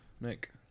Nick